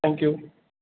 thank you